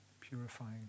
purifying